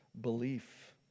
belief